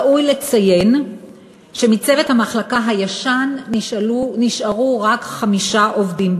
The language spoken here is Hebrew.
ראוי לציין שמצוות המחלקה הישן נשארו רק חמישה עובדים,